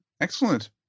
Excellent